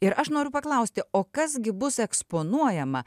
ir aš noriu paklausti o kas gi bus eksponuojama